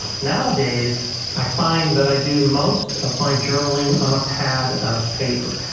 nowadays i find that i do most of my journaling on a pad of paper.